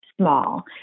small